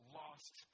lost